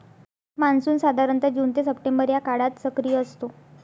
monsoon साधारणतः जून ते सप्टेंबर या काळात सक्रिय असतो